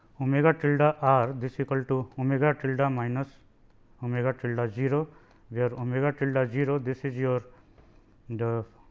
omega tilde ah r this equal to omega tilde um minus omega tilde zero where omega tilde zero, this is your the